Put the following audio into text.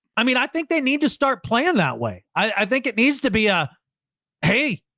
i mean i think they need to start playing that way. i think it needs to be, ah hey,